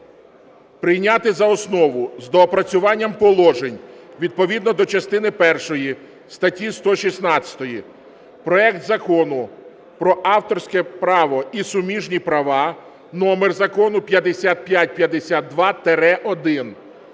прийняти за основу з доопрацюванням положень відповідно до частини першої статті 116 проект Закону про авторське право і суміжні права (номер закону 5552-1).